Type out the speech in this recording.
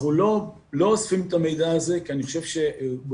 אנחנו לא אוספים את המידע הזה כי אני חושב שזו